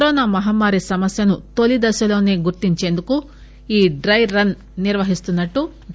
corona మహమ్మారి సమస్యను తొలిదశలోసే గుర్తించేందుకు ఈ డ్రెరన్ నిర్వహిస్తున్నట్టు డా